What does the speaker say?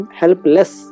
helpless